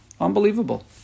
Unbelievable